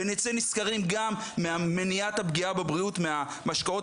ונצא נשכרים גם ממניעת הפגיעה בבריאות מהמשקאות,